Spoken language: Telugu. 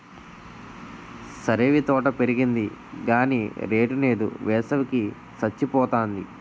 సరేవీ తోట పెరిగింది గాని రేటు నేదు, వేసవి కి సచ్చిపోతాంది